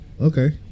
Okay